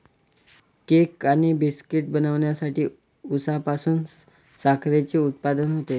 cake आणि बिस्किटे बनवण्यासाठी उसापासून साखरेचे उत्पादन होते